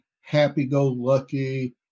happy-go-lucky